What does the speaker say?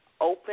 open